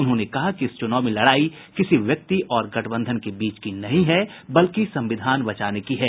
उन्होंने कहा कि इस चुनाव में लड़ाई किसी व्यक्ति और गठबंधन के बीच की नहीं है बल्कि संविधान बचाने की है